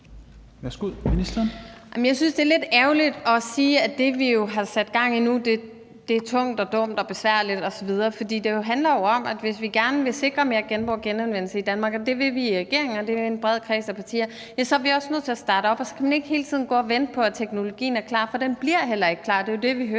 Wermelin): Jamen jeg synes, det er lidt ærgerligt at sige, at det, vi har sat gang i nu, er tungt og dumt og besværligt osv., for det handler jo om, at hvis vi gerne vil sikre mere genbrug og genanvendelse i Danmark, og det vil vi i regeringen, og det vil en bred kreds af partier, så er vi også nødt til at starte op, og så kan man ikke hele tiden gå og vente på, at teknologien er klar, for den bliver heller ikke klar. Det er jo det, vi hører